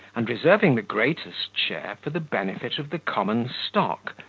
and reserving the greatest share for the benefit of the common stock,